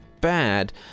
bad